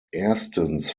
erstens